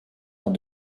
dans